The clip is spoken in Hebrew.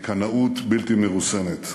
מקנאות בלתי מרוסנת.